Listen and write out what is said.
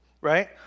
right